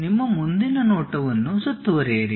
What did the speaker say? ನಿಮ್ಮ ಮುಂದಿನ ನೋಟವನ್ನು ಸುತ್ತುವರಿಯಿರಿ